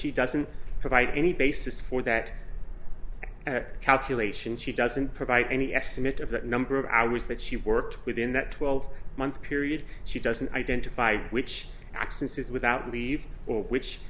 she doesn't provide any basis for that calculation she doesn't provide any estimate of that number of hours that she worked within that twelve month period she doesn't identify which accesses without leave or which